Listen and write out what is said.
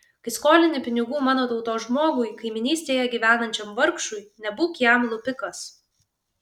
kai skolini pinigų mano tautos žmogui kaimynystėje gyvenančiam vargšui nebūk jam lupikas